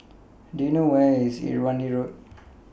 Do YOU know Where IS Irrawaddy Road